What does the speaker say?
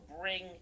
bring